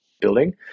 building